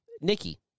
Nikki